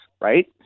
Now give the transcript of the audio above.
right